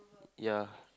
ya